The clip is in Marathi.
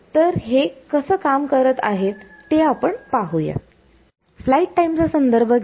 तर हे कसं काम करत आहे ते आपण पाहूया